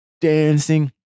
dancing